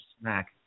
smack